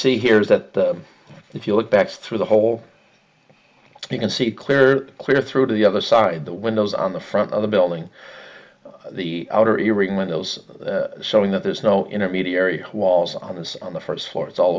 see here is that if you look back through the hole you can see clear clear through to the other side the windows on the front of the building the outer ear ring windows showing that there's no intermediary halls on this on the first floor it's all